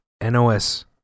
NOS